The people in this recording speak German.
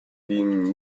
gingen